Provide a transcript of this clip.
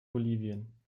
bolivien